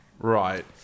right